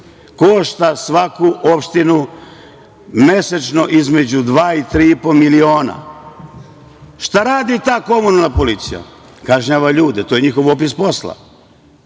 košta svaku opštinu mesečno između dva i tri i po miliona. Šta radi ta komunalna policija? Kažnjava ljude, to je njihov opis posla.